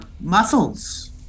muscles